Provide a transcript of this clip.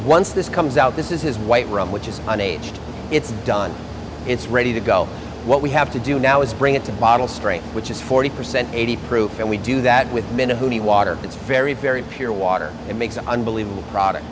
once this comes out this is his white room which is an age when it's done it's ready to go what we have to do now is bring it to a bottle straight which is forty percent eighty proof and we do that with mina who the water it's very very pure water it makes unbelievable product